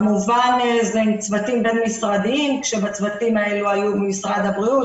כמובן זה עם צוותים בין-משרדיים כשבצוותים האלה היו ממשרד הבריאות,